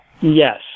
Yes